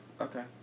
Okay